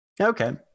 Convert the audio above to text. Okay